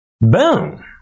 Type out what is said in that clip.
Boom